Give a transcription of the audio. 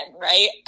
right